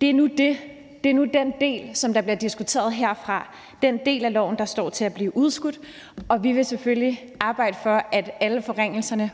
del af lovforslaget, som bliver diskuteret nu her, og som står til at blive udskudt, og vi vil selvfølgelig arbejde for, at alle forringelserne